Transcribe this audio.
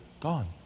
gone